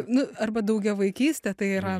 nu arba daugiavaikystė tai yra